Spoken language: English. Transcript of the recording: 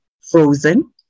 frozen